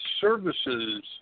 services